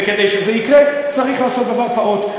וכדי שזה יקרה צריך לעשות דבר פעוט,